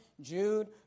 Jude